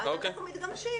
אנחנו מתגמשים.